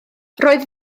roedd